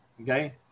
okay